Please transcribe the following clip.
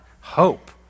hope